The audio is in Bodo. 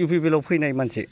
इउ पि पि एल आव फैनाय मानसि